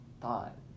thought